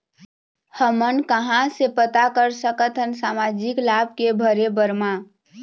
हमन कहां से पता कर सकथन सामाजिक लाभ के भरे बर मा?